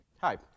Hi